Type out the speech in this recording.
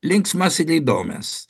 linksmas ir įdomias